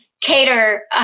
cater